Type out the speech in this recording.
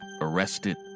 arrested